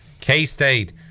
K-State